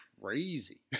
crazy